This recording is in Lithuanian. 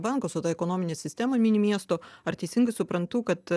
bankus o tą ekonominę sistemą mini miesto ar teisingai suprantu kad